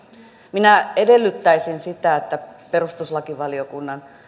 minä edellyttäisin sitä että perustuslakivaliokunnan